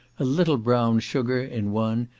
a little brown sugar in one,